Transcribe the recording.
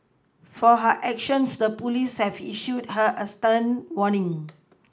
for her actions the police have issued her a stern warning